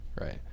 right